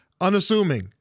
unassuming